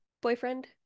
boyfriend